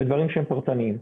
ודברים שהם פרטניים.